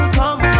come